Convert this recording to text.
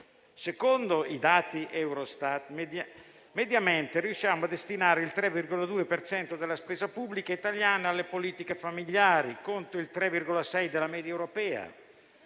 Secondo i dati Eurostat mediamente riusciamo a destinare il 3,2 per cento della spesa pubblica italiana alle politiche familiari, contro il 3,6 per cento della media europea: